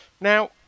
Now